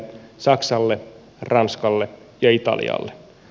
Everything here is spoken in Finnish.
saksalle ranskalle ja italialle